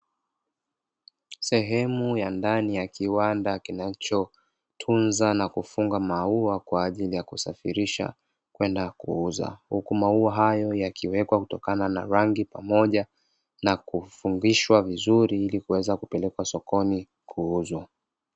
Sehemu ya ndani ya kiwanda kinachotunza na kufunga maua kwa ajili ya kusafirisha kwenda kuuza, huku maua hayo yakiwekwa kutokana na rangi na kufungishwa vizuri, ili kuweza kupelekwa sokoni kuuzwa.